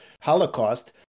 holocaust